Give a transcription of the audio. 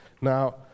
Now